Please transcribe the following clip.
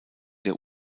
der